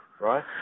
right